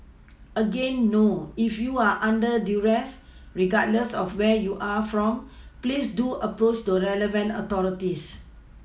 again no if you are under duress regardless of where you are from please do approach the relevant authorities